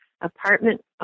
apartment